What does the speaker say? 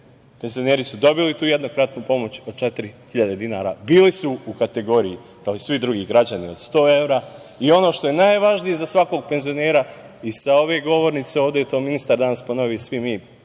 Penzioneri su dobili tu jednokratnu pomoć od 4.000 dinara. Bili su u kategoriji kao i svi drugi građani od 100 evra i, ono što je najvažnije za svakog penzionera, i sa ove govornice ovde je to ministar danas ponovio i svi mi